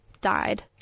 died